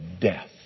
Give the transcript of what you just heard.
death